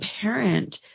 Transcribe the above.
parent